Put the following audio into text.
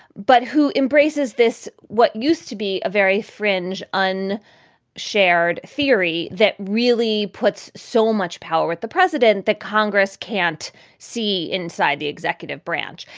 but who embraces this, what used to be a very fringe on shared theory that really puts so much power at the president that congress can't see inside the executive branch.